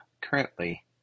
currently